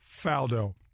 Faldo